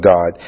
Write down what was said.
God